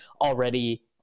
already